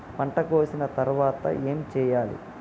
పంట కోసిన తర్వాత ఏం చెయ్యాలి?